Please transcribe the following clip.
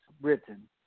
written